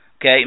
Okay